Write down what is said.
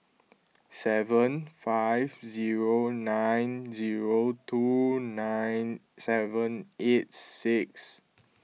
seven five zero nine zero two nine seven eight six